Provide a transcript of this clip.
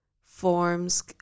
forms